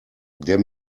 der